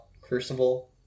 crucible